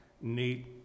neat